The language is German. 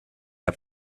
der